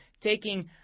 taking